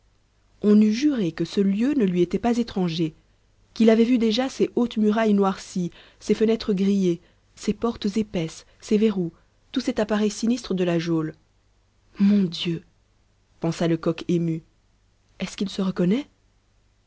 on eût juré que ce lieu ne lui était pas étranger qu'il avait vu déjà ces hautes murailles noircies ces fenêtres grillées ces portes épaisses ces verroux tout cet appareil sinistre de la geôle mon dieu pensa lecoq ému est-ce qu'il se reconnaît